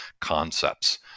concepts